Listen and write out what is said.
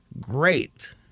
great